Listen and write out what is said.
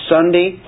Sunday